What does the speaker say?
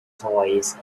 toys